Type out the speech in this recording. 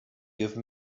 give